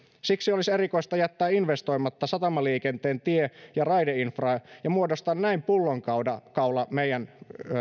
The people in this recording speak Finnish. siksi olisi erikoista jättää investoimatta satamaliikenteen tie ja raideinfraan ja muodostaa näin pullonkaula meidän